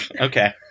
okay